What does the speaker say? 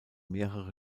mehrere